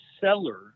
seller